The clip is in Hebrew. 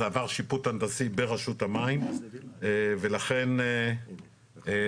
זה עבר שיפוט הנדסי ברשות המים ולכן